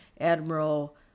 Admiral